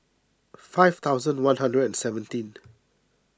five thousand one hundred and seventeen